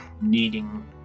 needing